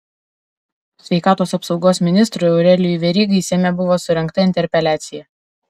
sveikatos apsaugos ministrui aurelijui verygai seime buvo surengta interpeliacija